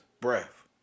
breath